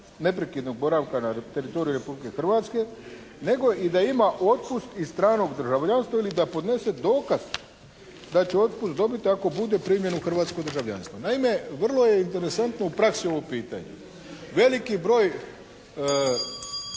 neprekidnog boravka na teritoriju Republike Hrvatske nego i da ima otpust iz stranog državljanstva ili da podnese dokaz da će otpust dobiti ako bude primljen u hrvatsko državljanstvo. Naime vrlo je interesantno u praksi ovo pitanje. Veliki broj